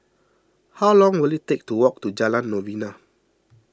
how long will it take to walk to Jalan Novena